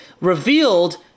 revealed